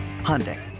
Hyundai